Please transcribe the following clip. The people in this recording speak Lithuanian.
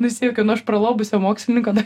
nusijuokiau nu aš pralobusio mokslininko dar